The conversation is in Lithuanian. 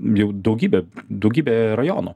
jau daugybė daugybė rajonų